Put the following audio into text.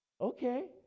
okay